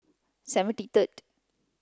seventy third